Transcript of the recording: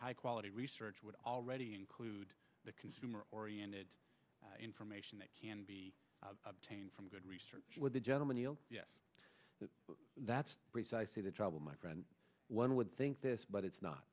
high quality research would already included the consumer oriented information that can be obtained from good research with a gentleman yield yes that's precisely the trouble my friend one would think this but it's not